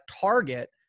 target